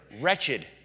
wretched